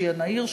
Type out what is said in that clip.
שיהיה נהיר,